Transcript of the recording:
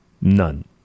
None